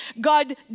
God